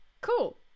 cool